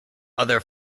other